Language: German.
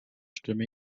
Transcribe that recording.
stimme